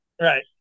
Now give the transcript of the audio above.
Right